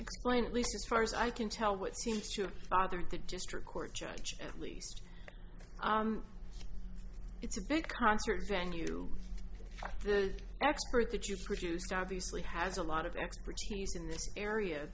explain at least as far as i can tell what seems to have bothered the district court judge at least it's a big concert venue that the expert that you produced obviously has a lot of expertise in this area